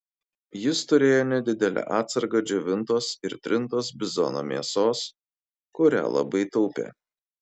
jis turėjo nedidelę atsargą džiovintos ir trintos bizono mėsos kurią labai taupė